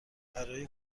برای